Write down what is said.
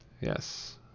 Yes